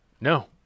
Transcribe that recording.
No